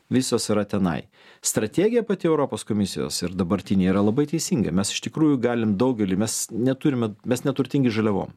visos yra tenai strategija pati europos komisijos ir dabartinė yra labai teisinga mes iš tikrųjų galim daugelį mes neturime mes neturtingi žaliavom